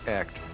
act